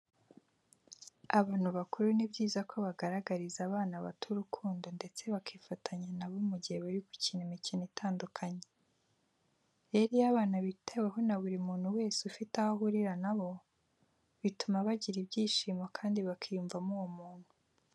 Abantu bakuru ni byiza ko bagaragariza abana bato urukundo ndetse bakifatanya na bo mu gihe bari gukina imikino itandukanye. Rero iyo abana bitaweho na buri muntu wese ufite aho ahurira na bo, bituma bagira ibyishimo kandi bakiyumvamo uwo muntu.